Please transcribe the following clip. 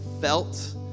felt